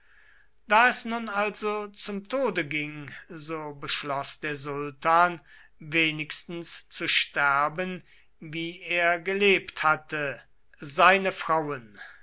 da es nun also zum tode ging so beschloß der sultan wenigstens zu sterben wie er gelebt hatte seine frauen